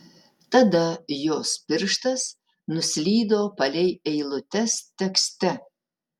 tada jos pirštas nuslydo palei eilutes tekste